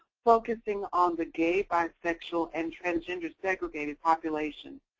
focusing on the gay, bisexual, and transgender segregated populations,